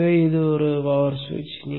எனவே இது பவர் சுவிட்ச்